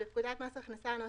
(1)בפקודת מס הכנסה ‏: